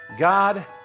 God